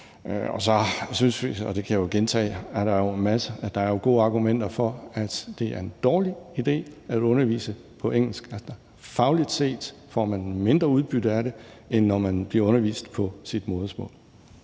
Og så synes vi – og det kan jeg jo gentage – at der er gode argumenter for, at det er en dårlig idé at undervise på engelsk, altså fagligt set får man mindre udbytte af det, end når man bliver undervist på sit modersmål.